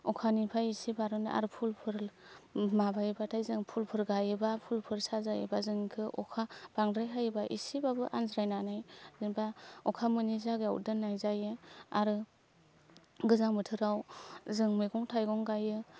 अखानिफ्राय एसे बार'ननो आरो फुलफोर माबायोबाथाय जों फुलफोर गाइयोबा फुलफोर साजायोबा जों अखा बांद्राय हायोबा एसेबाबो आनज्रायनानै जेनेबा अखा मोनै जायगायाव दोननाय जायो आरो गोजां बोथोराव जों मैगं थायगं गाइयो